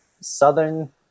southern